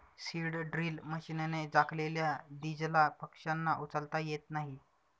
seed drill मशीनने झाकलेल्या दीजला पक्ष्यांना उचलता येत नाही